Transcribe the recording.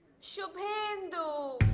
shubhendu.